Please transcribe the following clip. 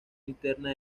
interna